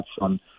on